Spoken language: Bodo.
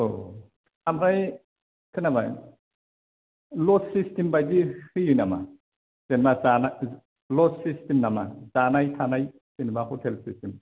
औ आमफ्राय खोनाबाय लज सिस्टेम बायदि होयो नामा जेनेबा जानाय लज सिस्टेम नामा जानाय थानाय जेनेबा हटेल सिस्टेम